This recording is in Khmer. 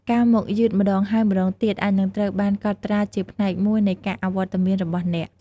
ការមកយឺតម្តងហើយម្តងទៀតអាចនឹងត្រូវបានកត់ត្រាជាផ្នែកមួយនៃការអវត្តមានរបស់អ្នក។